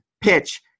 PITCH